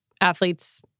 athletes